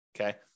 okay